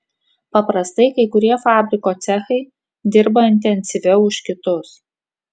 paprastai kai kurie fabriko cechai dirba intensyviau už kitus